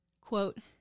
quote